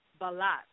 Balat